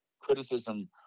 criticism